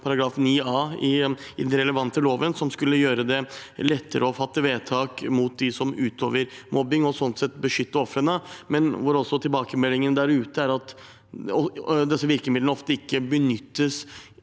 § 9 A i den relevante loven, som skulle gjøre det lettere å fatte vedtak mot dem som utøver mobbing, og sånn sett beskytte ofrene. Tilbakemeldingen der ute er at disse virkemidlene ofte ikke benyttes